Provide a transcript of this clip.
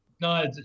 No